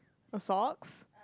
a socks